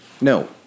No